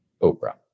Oprah